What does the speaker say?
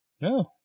No